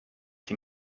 den